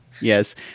Yes